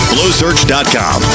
BlowSearch.com